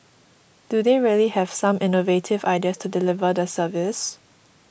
do they really have some innovative ideas to deliver the service